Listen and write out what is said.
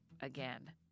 again